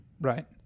Right